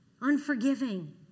unforgiving